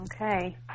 Okay